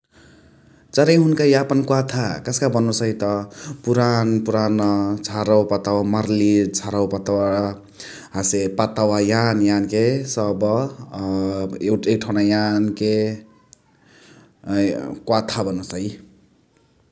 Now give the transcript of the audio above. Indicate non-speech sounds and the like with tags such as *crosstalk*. चराइया हुनुका यापन क्वाथ कस्का बनोसै त पुरान पुरान झरवा पतवा मर्ली मर्ली झरवा पतवा हसे पतवा यान यानके सब अ एउटे ठौना यानके *hesitation* क्वाथा बनोसै ।